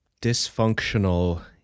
dysfunctional